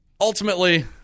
ultimately